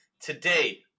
Today